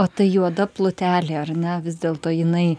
o ta juoda plutelė ar ne vis dėlto jinai